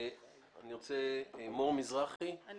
מור מזרחי,